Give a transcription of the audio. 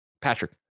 patrick